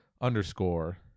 underscore